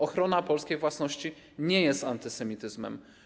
Ochrona polskiej własności nie jest antysemityzmem.